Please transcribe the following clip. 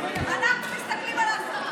אנחנו מסתכלים על השר.